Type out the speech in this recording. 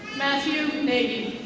matthew maiden.